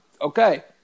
okay